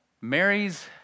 Mary's